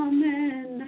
Amen